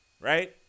right